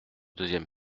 deuxième